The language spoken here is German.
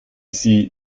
sie